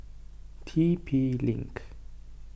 T P link